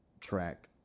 track